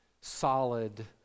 solid